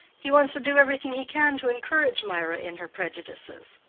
he wants to do everything he can to encourage mirah in her prejudices.